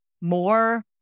more